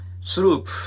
Sloop